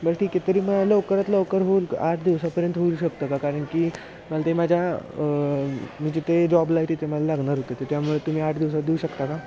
बरं टिकए तरी म लवकरात लवकर होऊल आठ दिवसापर्यंत होऊ शकता का कारण की मला ते माझ्या मी जिथे जॉबला आहे तिथे मला लागणार होते ते त्यामुळे तुम्ही आठ दिवसात देऊ शकता का